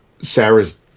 Sarah's